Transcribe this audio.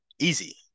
easy